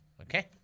Okay